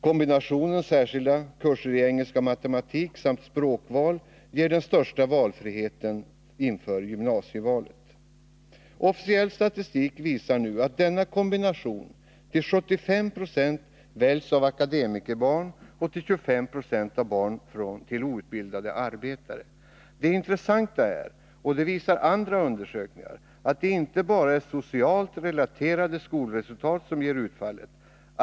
Kombinationen särskilda kurser i engelska och matematik samt språkval ger den största valfriheten inför gymnasievalet. Officiell statistik visar att denna kombination till 75 96 väljs av akademikerbarn och till 25 2 av barn till outbildade arbetare. Det intressanta är — det visar andra undersökningar — att det inte bara är socialt relaterade skolresultat som ger utfallet.